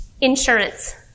insurance